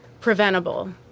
preventable